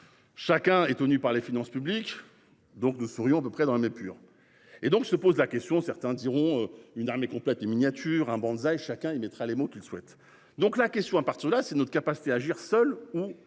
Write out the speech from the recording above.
Chacun est tenu par les finances publiques. Donc nous serions à peu près dans l'épure et donc se pose la question. Certains diront une armée complète et miniature un bonzaï chacun y mettra les mots qu'il souhaite donc la question à partir de là, c'est notre capacité à agir seuls ou j'en